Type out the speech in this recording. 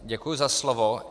Děkuji za slovo.